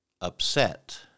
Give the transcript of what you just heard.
upset